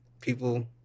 People